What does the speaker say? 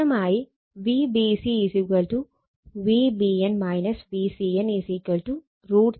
സമാനമായി Vbc Vbn Vcn √3 Vp angle 90o